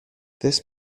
this